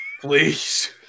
Please